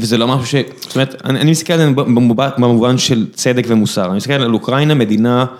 וזה לא משהו ש... זאת אומרת, אני מסתכל במובן של צדק ומוסר, אני מסתכל על אוקראינה, מדינה...